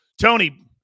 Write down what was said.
Tony